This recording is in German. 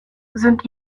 sind